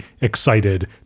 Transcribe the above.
excited